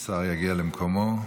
השר יגיע למקומו.